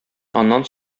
аннан